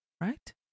right